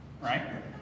right